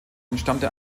entstammte